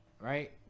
right